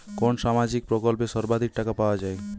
কোন সামাজিক প্রকল্পে সর্বাধিক টাকা পাওয়া য়ায়?